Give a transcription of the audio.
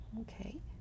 okay